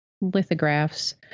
lithographs